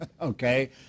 Okay